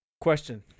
Question